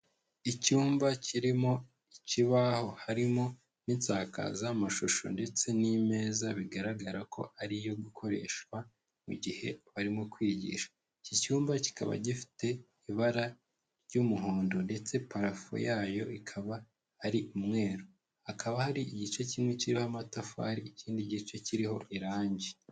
Icyumba kirimo ikibaho, harimo n'insakazamashusho ndetse n'imeza bigaragara ko ari iyo gukoreshwa mu gihe barimo kwigisha. Iki cyumba kikaba gifite ibara ry'umuhondo ndetse parafo yayo ikaba ari umweru, hakaba hari igice kimwe kiriho amatafari ikindi gice kiriho irangi.